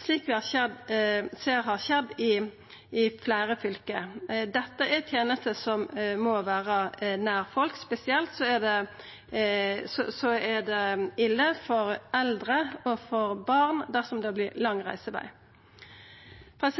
ser har skjedd i fleire fylke. Dette er tenester som må vera nær folk. Det er spesielt ille for eldre og barn dersom det vert lang reiseveg. Eg